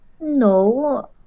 No